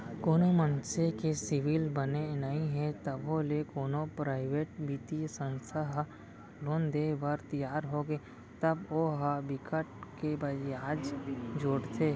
कोनो मनसे के सिविल बने नइ हे तभो ले कोनो पराइवेट बित्तीय संस्था ह लोन देय बर तियार होगे तब ओ ह बिकट के बियाज जोड़थे